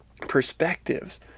perspectives